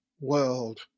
world